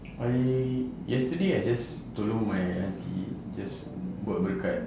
I yesterday I just tolong my aunty just buat berkat